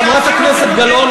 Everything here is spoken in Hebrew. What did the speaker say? חברת הכנסת גלאון,